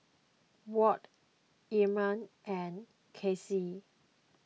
Ward Irma and Kasey